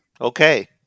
Okay